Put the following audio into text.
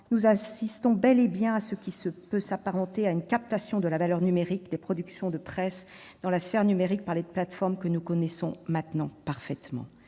nous assistons bel et bien à ce qui peut s'apparenter à une captation de la valeur économique des productions de presse, dans la sphère numérique, par les plateformes que nous connaissons parfaitement